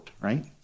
right